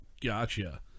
gotcha